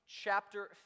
chapter